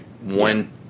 one